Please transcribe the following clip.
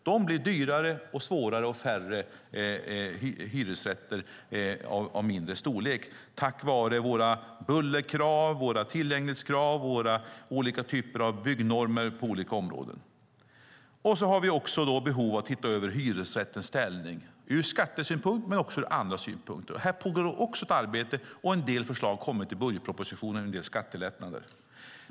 Det blir dyrare och svårare att bygga och alltså färre hyresrätter av mindre storlek på grund av våra bullerkrav, våra tillgänglighetskrav och våra olika typer av byggnormer på olika områden. Dessutom har vi behov av att titta över hyresrättens ställning ur skattesynpunkt, men också ur andra synpunkter. Här pågår också ett arbete. En del förslag har kommit i budgetpropositionen, en del skattelättnader.